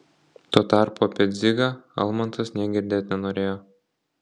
tuo tarpu apie dzigą almantas nė girdėt nenorėjo